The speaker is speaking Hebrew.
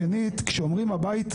כשאומרים הבית,